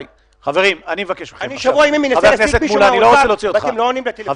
אני כבר שבוע ימים מנסה להשיג מישהו מן האוצר ואתם לא עונים בטלפונים.